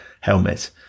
helmet